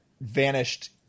vanished